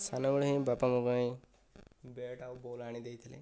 ସାନବେଳେ ହିଁ ବାପା ମୋ ପାଇଁ ବ୍ୟାଟ୍ ଆଉ ବଲ ଆଣିଦେଇଥିଲେ